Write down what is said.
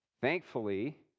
Thankfully